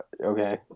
Okay